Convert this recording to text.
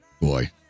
Boy